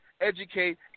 educate